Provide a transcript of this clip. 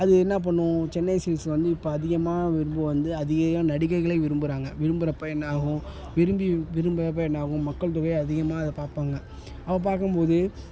அது என்ன பண்ணும் சென்னை சில்க்ஸ் வந்து இப்போ அதிகமாக விரும்பும் வந்து அதிக நடிகைகளை விரும்புகிறாங்க விரும்புறப்போ என்னாகும் விரும்பி விரும்பவே என்னாகும் மக்கள் தொகை அதிகமாக அதை பார்ப்பாங்க அப்போ பார்க்கம்போது